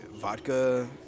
vodka